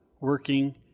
working